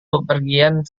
bepergian